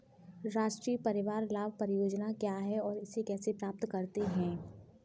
राष्ट्रीय परिवार लाभ परियोजना क्या है और इसे कैसे प्राप्त करते हैं?